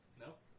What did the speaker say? Nope